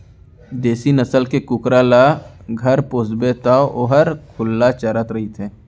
देसी नसल के कुकरा ल घर पोसबे तौ वोहर खुल्ला चरत रइथे